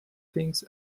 things